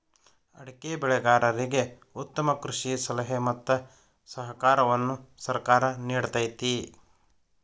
ಅಡಿಕೆ ಬೆಳೆಗಾರರಿಗೆ ಉತ್ತಮ ಕೃಷಿ ಸಲಹೆ ಮತ್ತ ಸಹಕಾರವನ್ನು ಸರ್ಕಾರ ನಿಡತೈತಿ